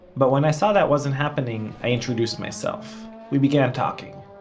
but when i saw that wasn't happening, i introduced myself. we began talking.